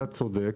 אתה צודק.